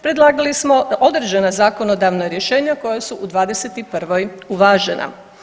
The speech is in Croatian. Predlagala smo određena zakonodavna rješenja koja su u '21. uvažena.